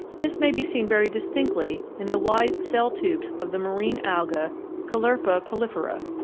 this may be seen very distinctly in the wide cell tubes of the marine alga caulerpa prolifera.